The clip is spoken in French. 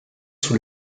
sous